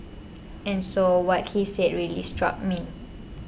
and so what he said really struck me